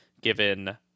given